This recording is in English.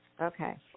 Okay